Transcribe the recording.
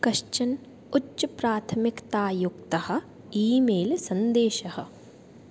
कश्चन उच्चप्राथमिकतायुक्तः ईमेल् सन्देशः